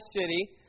city